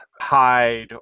hide